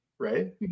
right